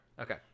Okay